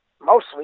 Mostly